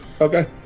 Okay